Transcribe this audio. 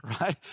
right